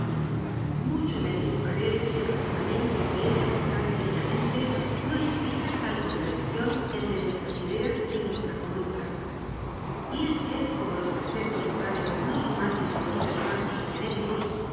mucho me equivocaré si el razonamiento que he de aportar seguidamente no explica tal contra dicción entre nuestras ideas y nuestra conducta y es que como los preceptos morales no son más que principios vagos y genéricos